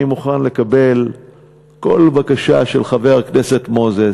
אני מוכן לקבל כל בקשה של חבר הכנסת מוזס,